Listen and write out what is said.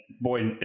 boy